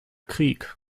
krieg